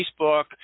Facebook